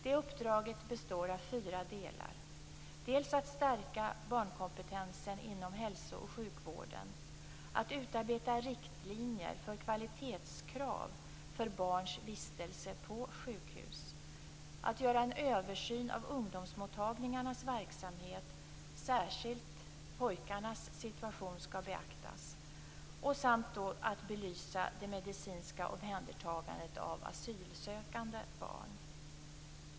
Det uppdraget består av fyra delar. Det handlar om att stärka barnkompetensen inom hälso och sjukvården, att utarbeta riktlinjer för kvalitetskrav för barns vistelse på sjukhus, att göra en översyn av ungdomsmottagningarnas verksamhet - särskilt pojkarnas situation skall beaktas - samt att belysa det medicinska omhändertagandet av asylsökande barn.